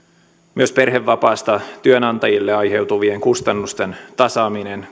myös perhevapaasta työnantajille aiheutuvien kustannusten tasaaminen